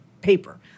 paper